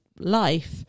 Life